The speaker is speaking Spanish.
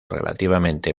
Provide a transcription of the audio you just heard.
relativamente